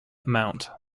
amount